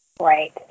Right